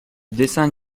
dessins